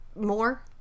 more